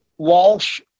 Walsh